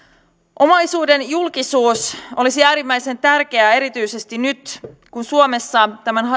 omaisuuden julkisuus olisi äärimmäisen tärkeää erityisesti nyt kun suomessa tämän